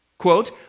quote